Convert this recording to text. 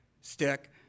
Stick